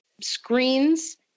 screens